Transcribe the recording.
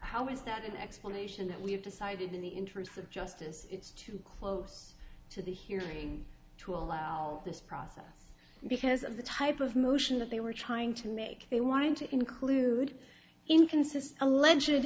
how is that an explanation and we've decided in the interests of justice it's too close to the hearing to allow this process because of the type of motion that they were trying to make they wanted to include inconsist